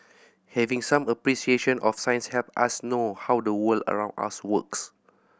having some appreciation of science help us know how the world around us works